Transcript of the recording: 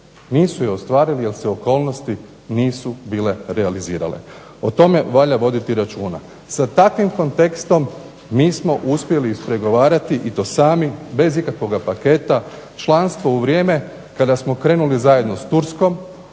Nisu je ostvarili jer se okolnosti nisu bile realizirale. O tome valja voditi računa. Sa takvim kontekstom mi smo uspjeli ispregovarati i to sami, bez ikakvog paketa, članstvo u vrijeme kada smo krenuli zajedno s Turskom